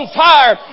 fire